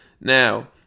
Now